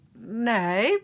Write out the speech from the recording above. No